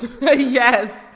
Yes